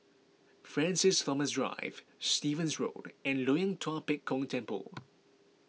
Francis Thomas Drive Stevens Road and Loyang Tua Pek Kong Temple